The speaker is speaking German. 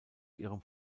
ihrem